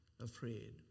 afraid